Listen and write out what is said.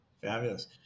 Fabulous